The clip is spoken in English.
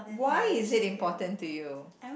why is it important to you